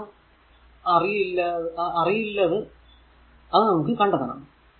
ഇതാണോ അറിയില്ലതു അത് നമുക്ക് കണ്ടെത്തണം